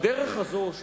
הדרך הזאת,